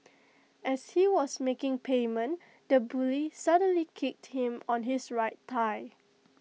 as he was making payment the bully suddenly kicked him on his right thigh